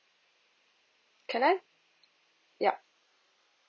can I yup